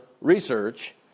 research